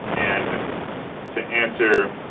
and to answer